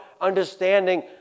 understanding